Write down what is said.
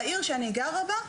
בעיר שאני גרה בה,